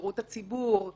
לשירות הציבור.